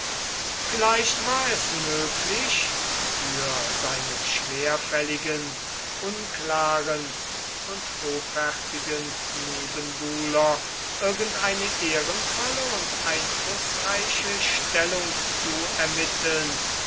vielleicht war es möglich für seinen schwerfälligen unklaren und hoffärtigen nebenbuhler irgendeine ehrenvolle und einflußreiche stellung zu ermitteln